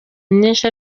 myinshi